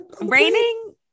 Raining